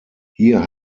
hier